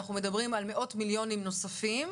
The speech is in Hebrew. אנחנו מדברים על מאות מיליונים נוספים,